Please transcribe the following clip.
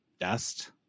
dust